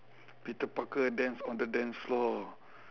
peter parker dance on the dance floor